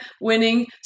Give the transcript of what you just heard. winning